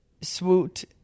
swoot